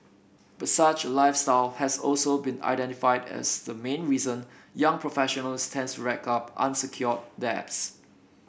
but such a lifestyle has also been identified as the main reason young professionals tends rack up unsecured debts